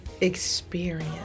experience